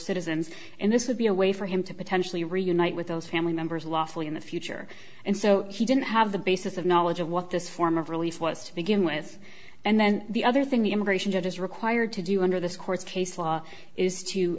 citizens in this would be a way for him to potentially reunite with those family members lawfully in the future and so he didn't have the basis of knowledge of what this form of relief was to begin with and then the other thing the immigration judge is required to do under this court's case law is